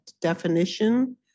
definition